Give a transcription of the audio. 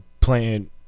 playing